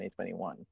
2021